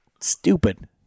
stupid